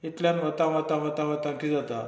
इतल्यान वतां वतां वतां कितें जाता